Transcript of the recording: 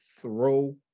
throw